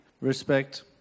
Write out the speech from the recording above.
respect